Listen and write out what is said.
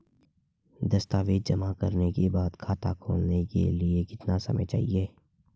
दस्तावेज़ जमा करने के बाद खाता खोलने के लिए कितना समय चाहिए?